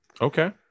Okay